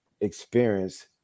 experience